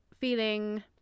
feeling